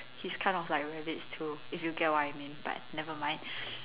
he's kind of like rabbits too if you get what I mean but never mind